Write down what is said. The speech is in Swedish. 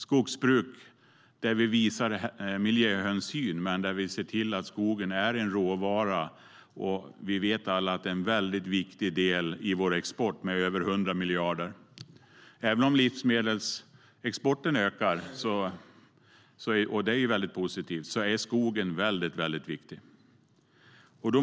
Skogsbruk ska visa miljöhänsyn, och skogen är en råvara och bidrar till exporten med över 100 miljarder. Även om livsmedelsexporten ökar, och det är positivt, är skogen viktig.